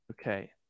Okay